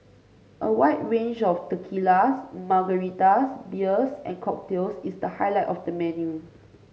a wide range of tequilas margaritas beers and cocktails is the highlight of the menu